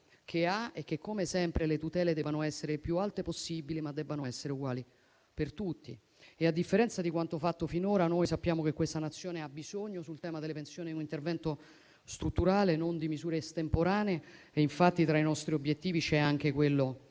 che ha e che, come sempre, le tutele devono essere le più alte possibili, ma debbano essere uguali per tutti. A differenza di quanto fatto finora, noi sappiamo che questa Nazione ha bisogno, sul tema delle pensioni, di un intervento strutturale e non di misure estemporanee. Infatti, tra i nostri obiettivi c'è anche quello